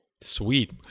Sweet